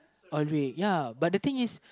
all the way ya but the thing is